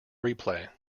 replay